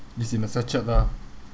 it's in the sachet lah